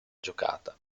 giocata